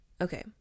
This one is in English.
okay